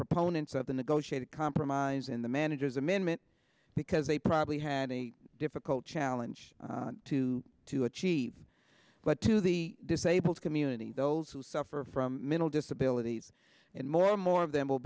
proponents of the negotiated compromise in the manager's amendment because they probably had a difficult challenge to to achieve but to the disabled community those who suffer from mental disabilities and more more of them will